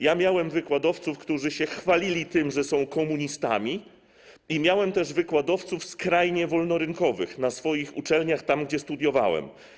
Ja miałem wykładowców, którzy się chwalili tym, że są komunistami, i miałem też wykładowców skrajnie wolnorynkowych - na tych uczelniach, gdzie studiowałem.